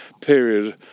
period